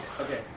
Okay